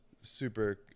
super